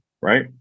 right